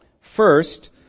First